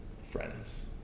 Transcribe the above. friends